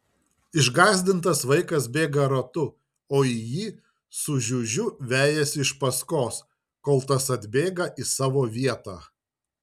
išgąsdintas vaikas bėga ratu o jį su žiužiu vejasi iš paskos kol tas atbėga į savo vietą